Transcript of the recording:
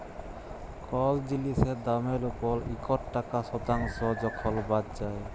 call জিলিসের দামের উপর ইকট টাকা শতাংস যখল বাদ যায়